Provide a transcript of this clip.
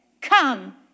come